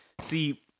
see –